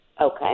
Okay